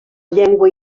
llengua